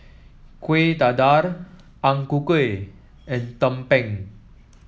Kueh Dadar Ang Ku Kueh and tumpeng